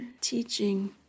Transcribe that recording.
teaching